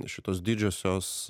šitos didžiosios